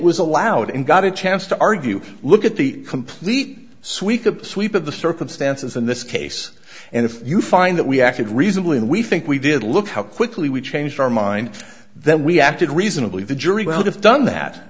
was allowed and got a chance to argue look at the complete sweep sweep of the circumstances in this case and if you find that we acted reasonably and we think we did look how quickly we changed our mind then we acted reasonably the jury would have done that